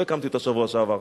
לא הקמתי אותה בשבוע שעבר,